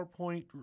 PowerPoint